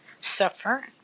suffer